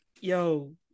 yo